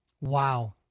Wow